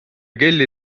kelly